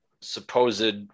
supposed